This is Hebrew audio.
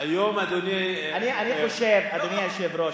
אדוני היושב-ראש,